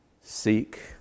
seek